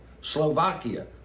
Slovakia